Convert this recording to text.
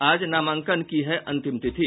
आज नामांकन की है अंतिम तिथि